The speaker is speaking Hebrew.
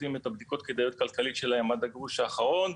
עושם בדיקות כדאיות כלכלית שלהם עד הגרוש האחרון,